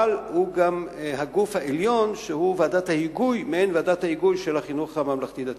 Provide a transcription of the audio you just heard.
אבל הוא גם הגוף העליון שהוא מעין ועדת היגוי של החינוך הממלכתי-דתי.